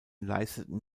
leisteten